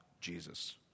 Jesus